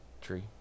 tree